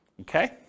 Okay